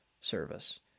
service